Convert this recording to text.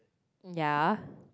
yeah